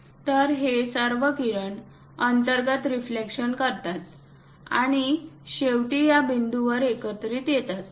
तर हे सर्व किरण अंतर्गत रिफ्लेक्शन करतात आणि शेवटी या बिंदूंवर एकत्र येतात